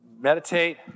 meditate